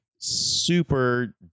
Super